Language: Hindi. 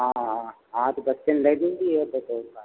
हाँ हाँ तो बच्चों लै देंगे यही तो है उपाय